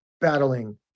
battling